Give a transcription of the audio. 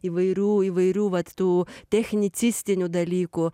įvairių įvairių vat tų technicistinių dalykų